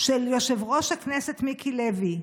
של יושב-ראש הכנסת מיקי לוי,